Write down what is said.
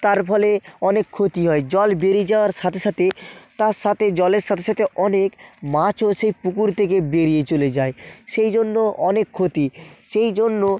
তার ফলে অনেক ক্ষতি হয় জল বেড়ে যাওয়ার সাতে সাতে তার সাথে জলের সাথে সাথে অনেক মাছও সেই পুকুর থেকে বেরিয়ে চলে যায় সেই জন্য অনেক ক্ষতি সেই জন্য